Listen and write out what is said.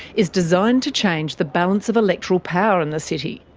is designed to change the balance of electoral power in the city,